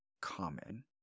common